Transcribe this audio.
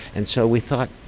and so we thought